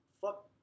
fuck